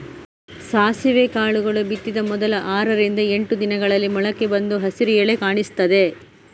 ಸಾಸಿವೆ ಕಾಳುಗಳು ಬಿತ್ತಿದ ಮೊದಲ ಆರರಿಂದ ಎಂಟು ದಿನಗಳಲ್ಲಿ ಮೊಳಕೆ ಬಂದು ಹಸಿರು ಎಲೆ ಕಾಣಿಸ್ತದೆ